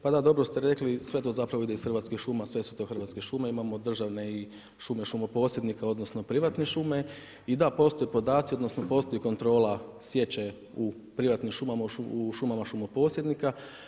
Pa da, dobro ste rekli, sve to zapravo ide iz Hrvatskih šuma, sve su to Hrvatske šume, imamo državne i šume šumoposjednika, odnosno privatne šume, i da, postoje podaci odnosno postoji kontrola sječe u privatnim šumama, u šumama šumoposjednika.